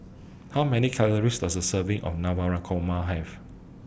How Many Calories Does A Serving of Navratan Korma Have